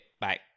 bye